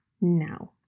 now